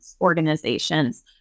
organizations